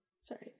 sorry